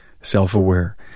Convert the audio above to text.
Self-aware